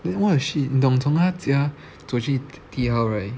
then what the shit 你懂从她家走去 T hub right